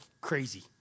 crazy